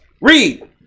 Read